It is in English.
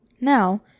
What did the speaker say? Now